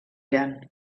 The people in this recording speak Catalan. iran